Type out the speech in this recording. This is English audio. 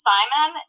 Simon